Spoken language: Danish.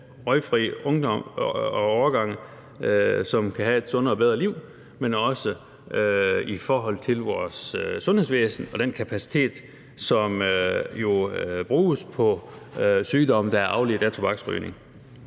røgfri ungdom og årgange, som kan have et sundere og bedre liv, men også i forhold til vores sundhedsvæsen og den kapacitet, som jo bruges på sygdomme, der er afledt af tobaksrygning.